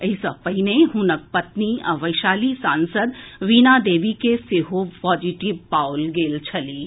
एहि सँ पहिने हुनक पत्नी आ वैशाली सांसद वीणा देवी के सेहो पॉजिटिव पाओल गेल छलीह